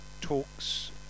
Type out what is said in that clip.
talks